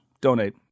donate